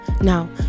now